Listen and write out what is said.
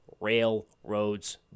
railroads